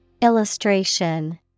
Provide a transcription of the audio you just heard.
Illustration